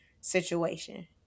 situation